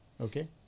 okay